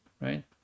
right